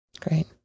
Great